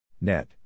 net